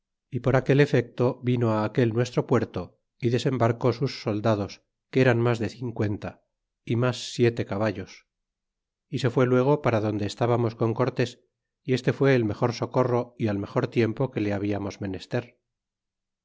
y por aquel efecto vino aquel nuestro puerto y desembarcó sus soldados que eran mas de cincuenta y mas siete caballos y se fue luego para donde estbamos con cortés y este fue el mejor soco ro y al mejor tiempo que le habiamos menester